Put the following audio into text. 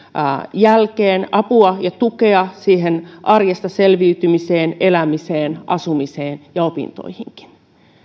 jälkeen apua ja tukea arjesta selviytymiseen elämiseen asumiseen ja opintoihinkin